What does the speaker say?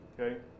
Okay